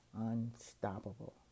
unstoppable